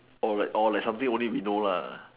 or like or like something only we know lah